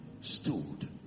stood